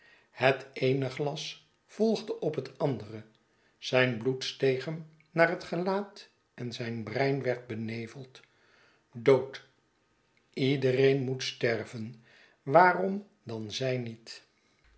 het eene glas volgde op het andere zijn bloed steeg hem naar het gelaat en zijn brein werd beneveld dood ledereen moet sterven waarom dan zij niet